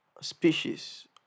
species